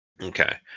Okay